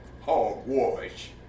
hogwash